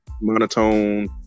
Monotone